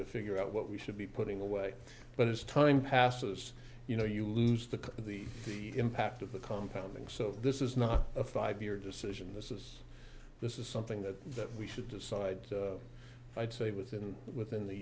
to figure out what we should be putting away but as time passes you know you lose the the impact of the compound and so this is not a five year decision this is this is something that we should decide i'd say within within the